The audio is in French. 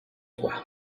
toi